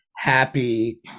happy